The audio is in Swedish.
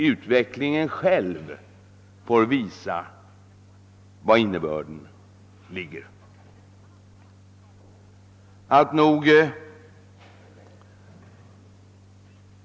Utvecklingen får visa vilken innebörden är.